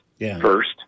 first